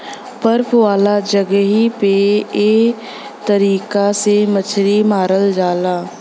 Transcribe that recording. बर्फ वाला जगही पे एह तरीका से मछरी मारल जाला